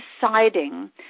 deciding